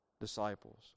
disciples